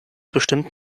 bestimmt